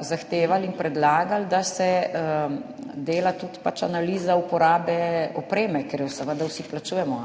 zahtevali in predlagali, da se dela tudi analiza uporabe opreme, ker jo seveda vsi plačujemo.